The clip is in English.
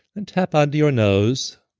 and tap onto your nose.